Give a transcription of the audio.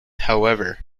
however